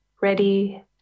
ready